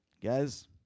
Guys